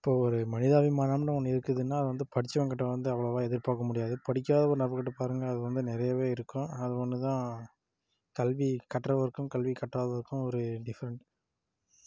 இப்போ ஒரு மனிதாபிமானம்னு ஒன்று இருக்குதுன்னா அது வந்து படித்தவன் கிட்ட வந்து அவ்வளோவா எதிர்பார்க்க முடியாது படிக்காத ஒரு நபர்கிட்ட பாருங்க அது வந்து நிறையவே இருக்கும் அது ஒன்று தான் கல்வி கற்றவருக்கும் கல்வி கற்றாதவருக்கும் ஒரு டிஃப்ரெண்ட்